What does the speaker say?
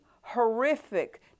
horrific